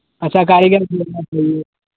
اچھا کاریگر بھی ملنا چاہیے